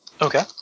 Okay